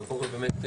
הבמה שלך.